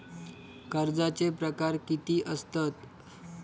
कर्जाचे प्रकार कीती असतत?